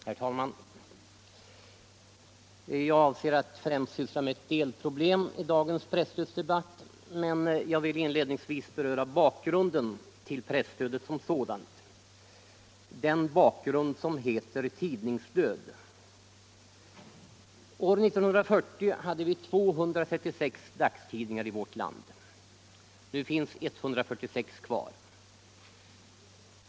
Herr talman! Jag avser att främst syssla med ett delproblem i dagens presstödsdebatt, men jag vill inledningsvis beröra bakgrunden till pressstödet som sådant — den bakgrund som heter tidningsdöd. År 1940 hade vi 236 dagstidningar i vårt land. Nu finns 146 kvar.